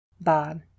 Bob